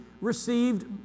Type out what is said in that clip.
received